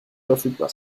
verfügbar